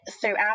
throughout